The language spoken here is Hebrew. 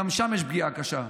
גם שם יש פגיעה קשה.